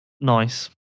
nice